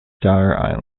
star